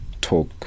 talk